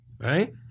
right